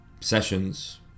sessions